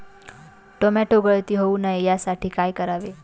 Tomato गळती होऊ नये यासाठी काय करावे?